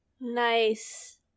Nice